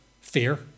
fear